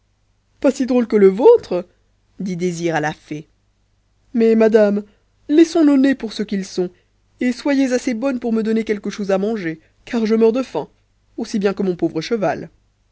pas si drôle que le vôtre dit désir à la fée mais madame laissons nos nez pour ce qu'ils sont et soyez assez bonne pour me donner quelque chose à manger car je meurs de faim aussi bien que mon pauvre cheval